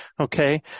Okay